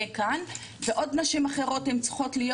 כאן ונשים נוספות אחרות גם צריכות להיות.